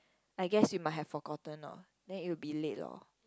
I guess you might have forgotten loh then it will be late loh